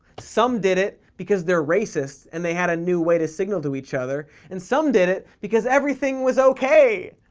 some did it because they're racists, and they had a new way to signal to each other, and some did it because everything was okay!